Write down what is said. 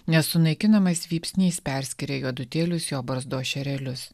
nesunaikinamais vypsniais perskiria juodutėlius jo barzdos šerelius